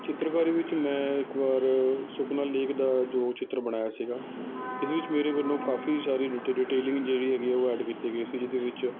ਚਿੱਤਰਕਾਰੀ ਵਿੱਚ ਮੈਂ ਇੱਕ ਵਾਰ ਸੁਖਨਾ ਲੇਕ ਦਾ ਜੋ ਚਿੱਤਰ ਬਣਾਇਆ ਸੀਗਾ ਇਸ ਵਿੱਚ ਮੇਰੇ ਵੱਲੋਂ ਕਾਫ਼ੀ ਸਾਰੀ ਡਿਟੇ ਡਿਟੇਲਿੰਗ ਜਿਹੜੀ ਹੈਗੀ ਉਹ ਐਡ ਕੀਤੀ ਗਈ ਸੀ ਜਿਹਦੇ ਵਿੱਚ